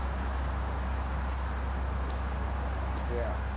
new x three style seems smaller inside. yeah